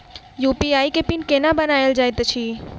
UPI केँ PIN केना बनायल जाइत अछि